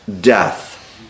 death